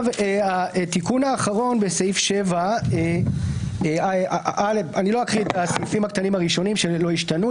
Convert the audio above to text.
התיקון האחרון בסעיף 7. אני לא אקרא את הסעיפים הראשונים שלא השתנו,